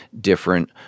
different